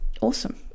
awesome